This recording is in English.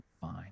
fine